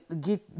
get